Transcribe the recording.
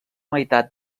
meitat